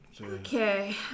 Okay